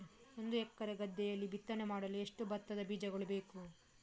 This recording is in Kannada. ಒಂದು ಎಕರೆ ಗದ್ದೆಯಲ್ಲಿ ಬಿತ್ತನೆ ಮಾಡಲು ಎಷ್ಟು ಭತ್ತದ ಬೀಜಗಳು ಬೇಕು?